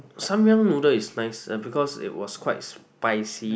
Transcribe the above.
Samyang noodle is nice uh because it was quite spicy